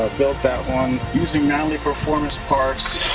built that one using manley performance parts.